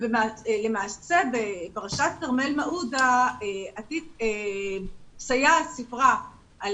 למעשה בפרשת כרמל מעודה סייעת סיפרה על